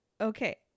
Okay